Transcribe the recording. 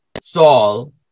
Saul